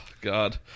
god